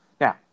Now